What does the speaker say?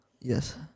Yes